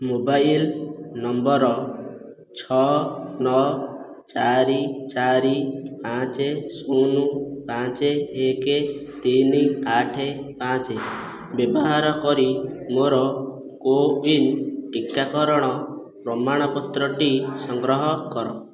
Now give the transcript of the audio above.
mobile number ଛଅ ନଅ ଚାରି ଚାରି ପାଞ୍ଚ ଶୂନ ପାଞ୍ଚ ଏକ ତିନି ଆଠ ପାଞ୍ଚ ବ୍ୟବହାର କରି ମୋ'ର କୋୱିନ୍ ଟିକାକରଣ ପ୍ରମାଣପତ୍ରଟି ସଂଗ୍ରହ କର